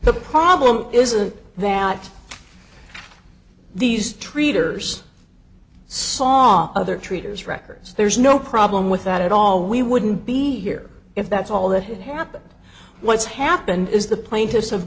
the problem isn't that these treaters saw other traders records there's no problem with that at all we wouldn't be here if that's all that happened what's happened is the plaintiffs